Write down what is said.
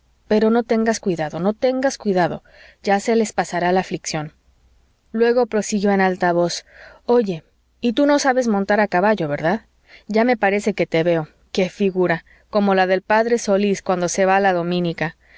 pero no tengas cuidado no tengas cuidado ya se les pasará la aflicción luego prosiguió en alta voz oye y tú no sabes montar a caballo verdad ya me parece que te veo qué figura como la del p solís cuando se va a la dominica